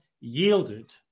yielded